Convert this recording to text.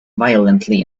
violently